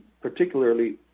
particularly